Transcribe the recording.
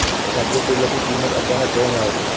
खाच्या तेलाची किमत अचानक काऊन वाढते?